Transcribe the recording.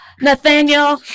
Nathaniel